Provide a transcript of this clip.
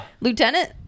Lieutenant